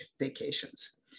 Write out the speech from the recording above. vacations